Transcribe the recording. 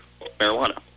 marijuana